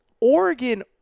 Oregon